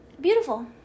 beautiful